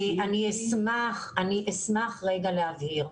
אני אשמח רגע להבהיר.